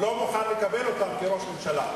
הוא לא מוכן לקבל אותם כראש ממשלה.